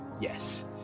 yes